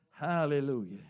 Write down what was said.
Hallelujah